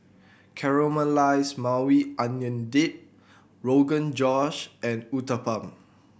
Caramelized Maui Onion Dip Rogan Josh and Uthapam